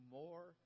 more